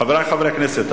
חברי חברי הכנסת,